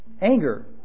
anger